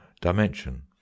dimension